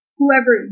whoever